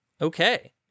okay